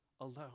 alone